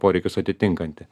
poreikius atitinkantį